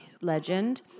legend